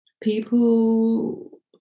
people